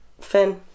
fin